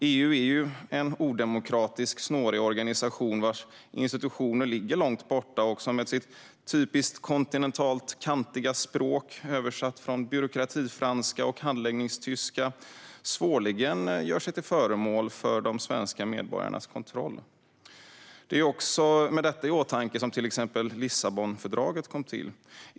EU är en odemokratisk, snårig organisation, vars institutioner ligger långt bort och som med sitt typiskt kontinentalt kantiga språk, översatt från byråkratifranska och handläggningstyska, svårligen gör sig till föremål för de svenska medborgarnas kontroll. Det är också med detta i åtanke som till exempel Lissabonfördraget kom till.